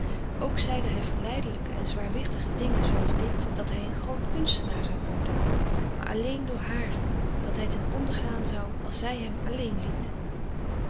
ook zeide hij verleidelijke en zwaarwichtige dingen zooals dit dat hij een groot kunstenaar zou worden maar alleen door haar dat hij ten ondergaan zou als zij hem alleen liet